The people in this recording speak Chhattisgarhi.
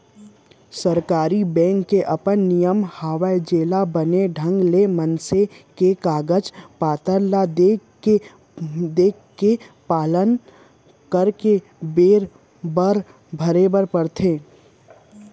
सरकारी बेंक के अपन नियम हवय जेला बने ढंग ले मनसे के कागज पातर ल देखके पालन करे बरे बर परथे